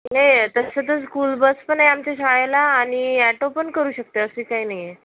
नाही तसं तर स्कूलबस पण आहे आमच्या शाळेला आणि ॲटो पण करू शकतो असं काही नाही आहे